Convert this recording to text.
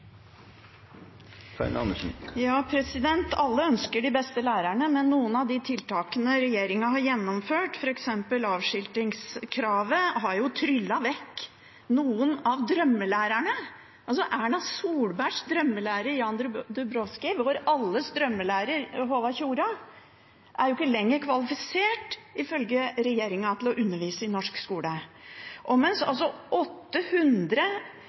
Karin Andersen – til oppfølgingsspørsmål. Alle ønsker de beste lærerne, men noen av de tiltakene som regjeringen har gjennomført, f.eks. «avskiltingskravet», har jo tryllet vekk noen av drømmelærerne. Erna Solbergs drømmelærer, Jan Dubowski, vår alles drømmelærer Håvard Tjora, er ikke lenger kvalifisert, ifølge regjeringen, til å undervise i norsk skole. Og mens 800 studieplasser nå står tomme i lærerutdanningen landet over, mener altså